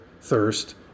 thirst